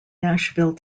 nashville